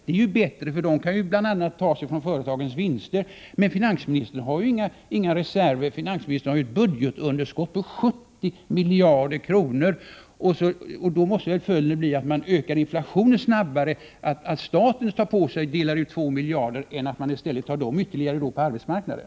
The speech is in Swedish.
Det är ju bättre, för då kan de bl.a. tas från företagens vinster. Men finansministern har ju inga reserver, utan finansministern har ett budgetunderskott på 70 miljarder kronor. Då måste följden bli att inflationen ökar snabbare om staten delar ut 2 miljarder än om man i stället tar dessa på arbetsmarknaden.